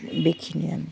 बेखिनियानो